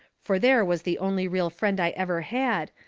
fur there was the only real friend i ever had,